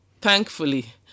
thankfully